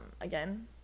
again